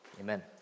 amen